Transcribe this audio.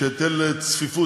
היטל צפיפות,